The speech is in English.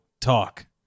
talk